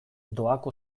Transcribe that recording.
doako